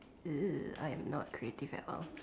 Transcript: uh I am not creative at all